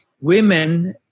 women